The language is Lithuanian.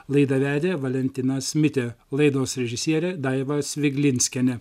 laidą vedė valentinas mitė laidos režisierė daiva sviglinskienė